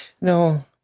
No